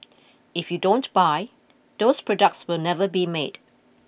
if you don't buy those products will never be made